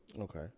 Okay